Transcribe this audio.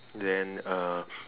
then uh